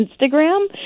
Instagram